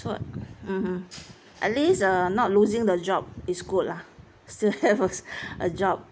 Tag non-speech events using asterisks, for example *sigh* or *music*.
so mmhmm at least uh not losing the job it's good lah still have *laughs* a job